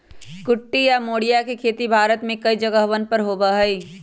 कुटकी या मोरिया के खेती भारत में कई जगहवन पर होबा हई